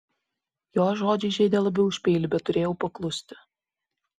jo žodžiai žeidė labiau už peilį bet turėjau paklusti